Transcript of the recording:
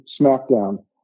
smackdown